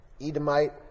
Edomite